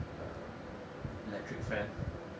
electric fan